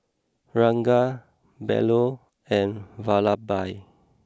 Ranga Bellur and Vallabhbhai